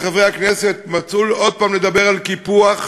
חברי הכנסת מצאו לנכון עוד הפעם לדבר על קיפוח,